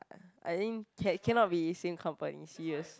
I think can cannot be same company serious